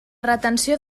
retenció